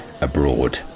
abroad